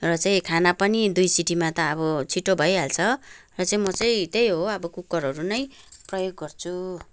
र चाहिँ खाना पनि दुई सिटीमा त अब छिटो भइहाल्छ र चाहिँ म चाहिँ त्यही हो अब कुकरहरू नै प्रयोग गर्छु